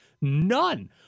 none